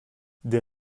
des